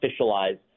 officialize